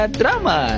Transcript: drama